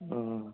ও